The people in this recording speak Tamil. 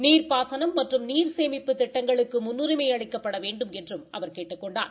நீர் பாசனம் மற்றும் நீர் சேமிப்பு திட்டங்களுக்கு முன்னுரிமை அளிக்கப்பட வேண்டுமென்றும் அவர் கேட்டுக் கொண்டார்